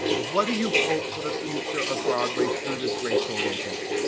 what do you hope for the future of broadway through this racial awakening?